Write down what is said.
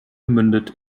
mündet